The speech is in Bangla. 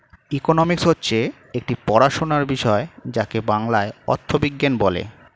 ইকোনমিক্স হচ্ছে একটি পড়াশোনার বিষয় যাকে বাংলায় অর্থবিজ্ঞান বলে